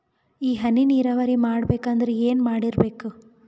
ಈ ಹನಿ ನೀರಾವರಿ ಮಾಡಬೇಕು ಅಂದ್ರ ಏನ್ ಮಾಡಿರಬೇಕು?